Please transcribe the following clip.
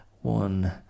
one